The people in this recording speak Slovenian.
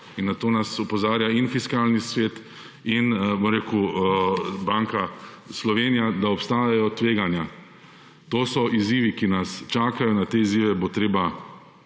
in na to nas opozarja in fiskalni svet in, bom rekel, Banka Slovenije, da obstajajo tveganja – to so izzivi, ki nas čakajo. Na te izzive bo treba